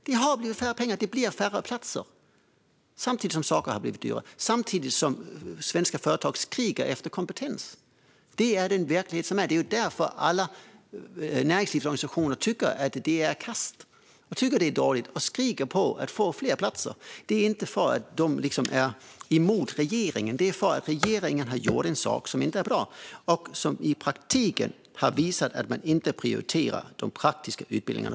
Det blir färre platser - samtidigt som saker har blivit dyrare och samtidigt som svenska företag skriker efter kompetens. Det är den verklighet som är. Det är därför alla näringslivsorganisationer tycker att det är kasst och dåligt och skriker efter fler platser. Det är inte för att de är emot regeringen; det är för att regeringen har gjort en sak som inte är bra och som har visat att man i praktiken inte prioriterar de praktiska utbildningarna.